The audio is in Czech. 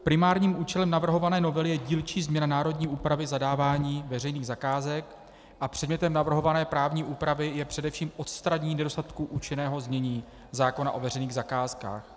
Primárním účelem navrhované novely je dílčí změna národní úpravy zadávání veřejných zakázek a předmětem navrhované právní úpravy je především odstranění nedostatků účinného znění zákona o veřejných zakázkách.